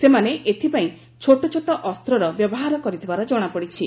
ସେମାନେ ଏଥିପାଇଁ ଛୋଟଛୋଟ ଅସ୍ତ୍ରର ବ୍ୟବହାର କରିଥିବାର ଜଣାପଡିଛି